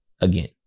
again